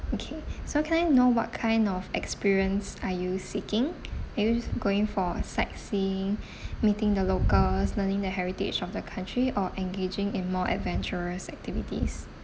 okay so can I know what kind of experience are you seeking are you just going for sightseeing meeting the locals learning the heritage of the country or engaging in more adventurous activities